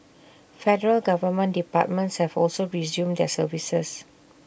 federal government departments have also resumed their services